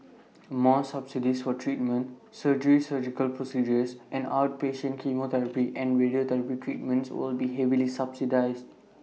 more subsidies for treatment surgery surgical procedures and outpatient chemotherapy and radiotherapy treatments will be more heavily subsidised